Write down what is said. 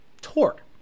torque